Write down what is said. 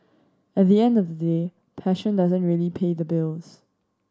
at the end of the day passion doesn't really pay the bills